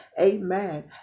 amen